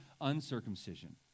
uncircumcision